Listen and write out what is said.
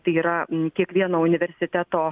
tai yra kiekvieno universiteto